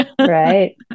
right